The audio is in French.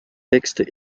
textes